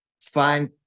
find